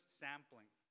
sampling